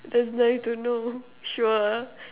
that's nice to know sure